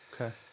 Okay